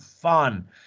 fun